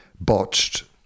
botched